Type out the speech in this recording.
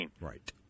Right